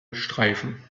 streifen